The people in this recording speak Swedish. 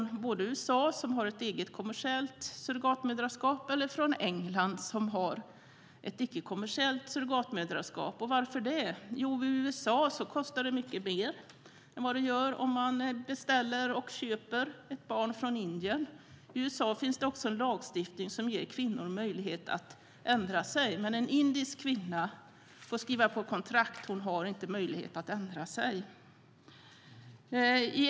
Varför? I USA kostar det mycket mer än vad det gör om man beställer och köper ett barn från Indien. I USA finns det också en lagstiftning som ger kvinnor möjlighet att ändra sig, men en indisk kvinna får skriva på ett kontrakt och har ingen möjlighet att ändra sig.